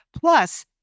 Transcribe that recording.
plus